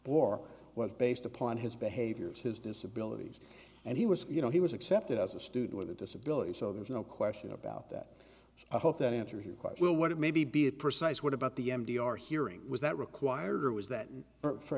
war was based upon his behaviors his disability and he was you know he was accepted as a student with a disability so there's no question about that i hope that answers your question what maybe be a precise what about the m d are hearing was that required or was that for